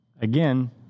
again